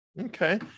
Okay